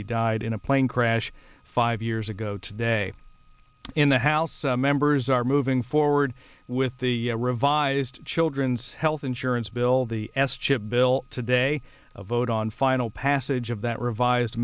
he died in a plane crash five years ago today in the house members are moving forward with the revised children's health insurance bill the s chip bill today a vote on final passage of that revise